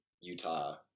utah